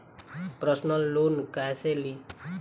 Personal loan कैसे ली?